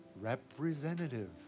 representative